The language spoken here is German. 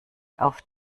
auf